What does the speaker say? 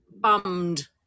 Bummed